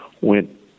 went